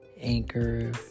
anchor